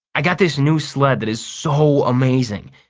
i got this new sled that is so amazing.